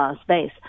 space